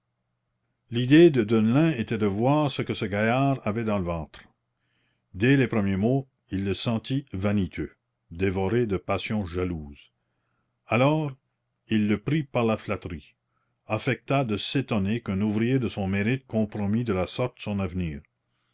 l'idée de deneulin était de voir ce que ce gaillard avait dans le ventre dès les premiers mots il le sentit vaniteux dévoré de passion jalouse alors il le prit par la flatterie affecta de s'étonner qu'un ouvrier de son mérite compromît de la sorte son avenir